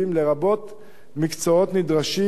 לרבות מקצועות נדרשים,